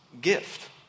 gift